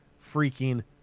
freaking